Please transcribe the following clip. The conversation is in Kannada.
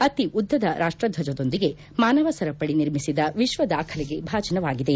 ಅತಿ ಉದ್ದದ ರಾಷ್ಟಧ್ವಜದೊಂದಿಗೆ ಮಾನವ ಸರಪಳಿ ನಿರ್ಮಿಸಿದ ವಿಶ್ವ ದಾಖಲೆಗೆ ಭಾಜನವಾಗಿದೆ